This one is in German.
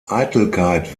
eitelkeit